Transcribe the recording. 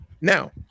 Now